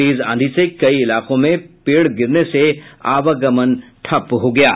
तेज आंधी से कई इलाकों में पेड़ गिरने से आवागमन ठप्प हो गया है